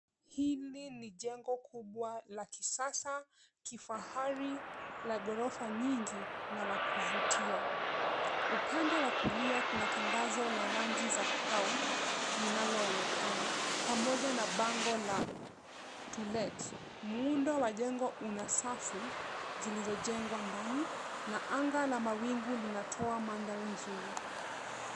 Hili ni jengo kubwa la kisasa, kifahari na ghorofa nyingi na la kuvutia. Upande wa kulia kuna tangazo la rangi za Crown linaloonekana pamoja na bango la to let . Muundo wa jengo una safu zilizojengwa ndani na anga la mawingu linatoa mandhari nzuri.